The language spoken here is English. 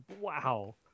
wow